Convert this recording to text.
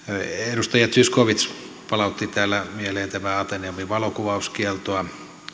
edustaja zyskowicz palautti täällä mieleen tämän ateneumin valokuvauskieltoa